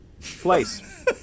place